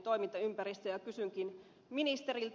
kysynkin ministeriltä